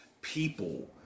people